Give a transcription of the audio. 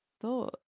thought